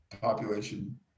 population